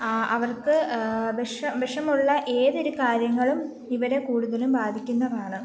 അവർക്ക് വെഷ വിഷമുള്ള ഏതൊരു കാര്യങ്ങളും ഇവരെ കൂടുതലും ബാധിക്കുന്നതാണ്